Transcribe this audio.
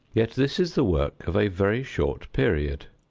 yet this is the work of a very short period.